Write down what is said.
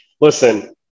listen